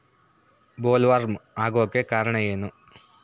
Bollworm ಆಗೋಕೆ ಕಾರಣ ಏನು?